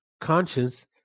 conscience